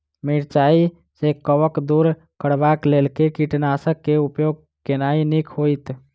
मिरचाई सँ कवक दूर करबाक लेल केँ कीटनासक केँ उपयोग केनाइ नीक होइत?